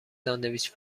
ساندویچ